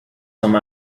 some